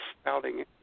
spouting